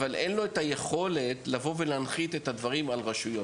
אבל אין לו את היכולת לבוא ולהנחית את הדברים על רשויות,